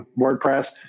WordPress